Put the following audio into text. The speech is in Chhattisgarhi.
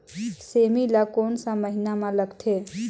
सेमी ला कोन सा महीन मां लगथे?